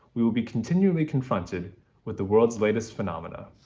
we will be continually confronted with the world's latest phenomena.